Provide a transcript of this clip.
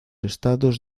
estados